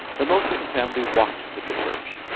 the most of the family walked to the church,